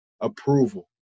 approval